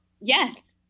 Yes